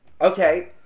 Okay